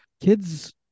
kids